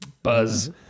Buzz